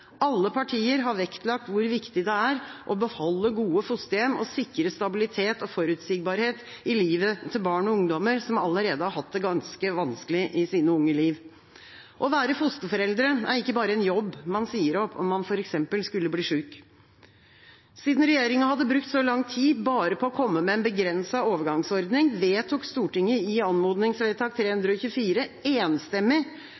Alle partier har vektlagt hvor viktig det er å beholde gode fosterhjem og sikre stabilitet og forutsigbarhet i livet til barn og ungdommer som allerede har hatt det ganske vanskelig i sine unge liv. Å være fosterforeldre er ikke bare en jobb man sier opp om man f.eks. skulle bli syk. Siden regjeringa hadde brukt så lang tid bare på å komme med en begrenset overgangsordning, vedtok Stortinget i anmodningsvedtak